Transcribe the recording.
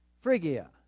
Phrygia